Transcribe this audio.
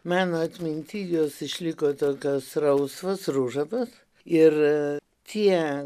mano atminty jos išliko tokios rausvos ružavos ir tie